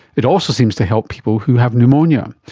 it also seems to help people who have pneumonia.